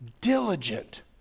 diligent